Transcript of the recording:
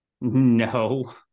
no